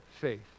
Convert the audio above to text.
faith